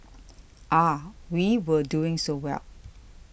ah we were doing so well